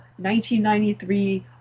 1993